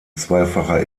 zweifacher